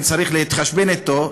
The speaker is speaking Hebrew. ואם צריך להתחשבן אתו,